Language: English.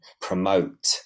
promote